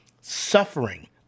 suffering